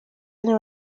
niba